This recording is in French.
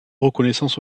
reconnaissance